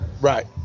right